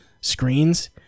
screens